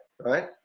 right